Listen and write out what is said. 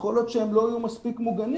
יכול להיות שהם לא יהיו מספיק מוגנים.